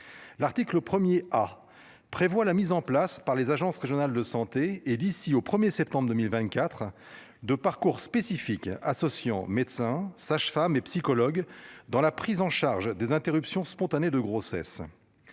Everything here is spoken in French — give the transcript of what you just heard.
L'article 1er ah prévoit la mise en place par les agences régionales de santé et d'ici au 1er septembre 2024 de parcours spécifique associant, médecins, sages-femmes et psychologue dans la prise en charge des interruptions spontanées de grossesse.